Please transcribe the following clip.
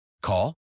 Call